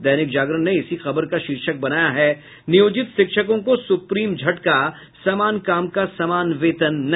दैनिक जागरण ने इसी खबर का शीर्षक बनाया है नियोजित शिक्षकों को सूप्रीम झटका समान काम का समान वेतन नहीं